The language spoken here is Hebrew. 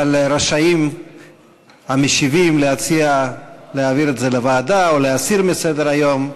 אבל רשאים המשיבים להציע להעביר את זה לוועדה או להסיר מסדר-היום.